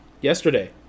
Yesterday